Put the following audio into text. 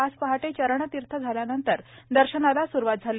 आज पहाटे चरणतीर्थ झाल्यानंतर दर्शनाला सुरुवात झाली